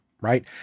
Right